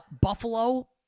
Buffalo